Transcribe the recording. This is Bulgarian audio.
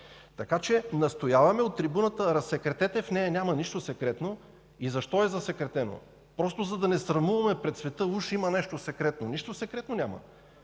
Настояваме от трибуната – разсекретете я. В нея няма нищо секретно. Защо е засекретена? Просто, за да не се срамуваме пред света – уж има нещо секретно. Нищо секретно няма!